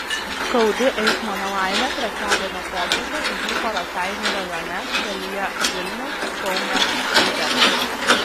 skaudi eismo nelaimė trečiadienio popietę įvyko raseinių rajone kelyje vilnius kaunas klaipėda